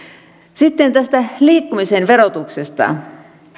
sitten tästä liikkumisen verotuksesta